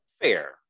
fair